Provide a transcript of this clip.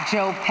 Joe